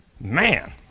Man